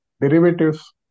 derivatives